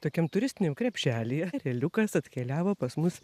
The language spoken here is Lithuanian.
tokiam turistiniam krepšelyje ereliukas atkeliavo pas mus